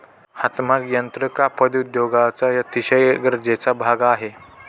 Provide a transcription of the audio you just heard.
हातमाग यंत्र कापड उद्योगाचा अतिशय गरजेचा भाग आहे